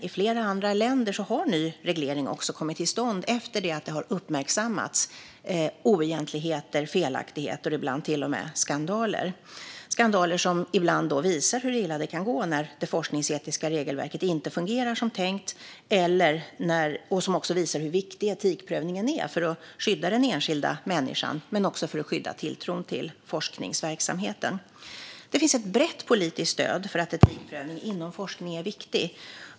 I flera andra länder har ny reglering också kommit till stånd efter det att oegentligheter, felaktigheter och ibland till och med skandaler har uppmärksammats - skandaler som ibland har visat hur illa det kan gå när det forskningsetiska regelverket inte fungerar som tänkt och som visar hur viktig etikprövningen är för att skydda den enskilda människan och tilltron till forskningsverksamheteten. Det finns ett brett politiskt stöd för att etikprövning inom forskning är viktig.